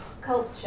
culture